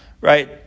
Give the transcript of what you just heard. Right